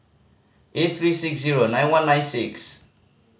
eight three six zero nine one nine six